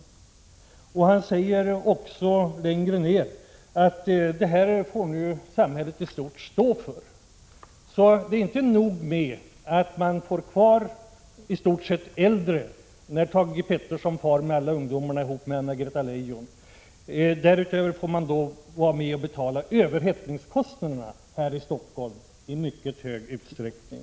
Samhället i stort får stå för kostnaderna. Det är alltså inte nog med att man får kvar i stort sett bara äldre människor när Thage Peterson ihop med Anna-Greta Leijon tar alla ungdomar. Därutöver måste man i mycket stor utsträckning vara med och betala kostnaderna för överhettningen här i Stockholm.